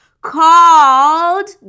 Called